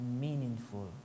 meaningful